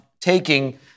taking